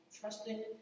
trusting